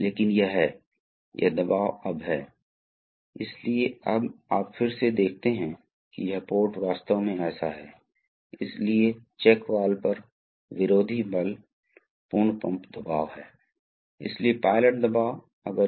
और ये सिंबल हैं इसलिए आप देखते हैं कि पंप सिंबल इस तरह है और मोटर सिंबल इस तरह है और कुछ प्रतिवर्ती हैं जिन्हें आप जानते हैं यदि पंप और मोटर प्रतिवर्ती हैं तो वे दोनों दिशाओं में घूम सकते हैं तो यह है सिंबल क्षमा करें